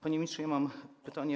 Panie ministrze, mam pytanie.